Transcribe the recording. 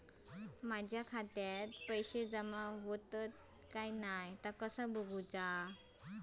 माझ्या खात्यात पैसो जमा होतत काय ता कसा बगायचा?